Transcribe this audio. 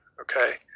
okay